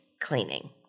cleaning